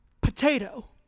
potato